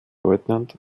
leutnant